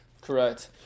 correct